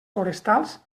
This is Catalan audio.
forestals